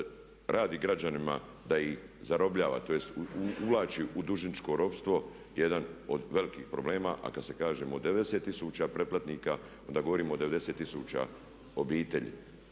radi građanima, da ih zarobljava tj. uvlači u dužničko ropstvo jedan od velikih problema a kad se kažemo 90 tisuća pretplatnika onda govorimo o 90 tisuća obitelji.